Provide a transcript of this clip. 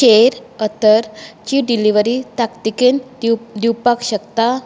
चेर अत्तर ची डिलिव्हरी ताकतिकेन दिव दिवपाक शकता